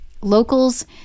Locals